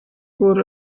wurde